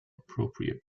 appropriate